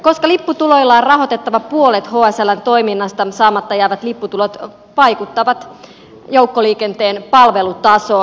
koska lipputuloilla on rahoitettava puolet hsln toiminnasta saamatta jäävät lipputulot vaikuttavat joukkoliikenteen palvelutasoon